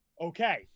Okay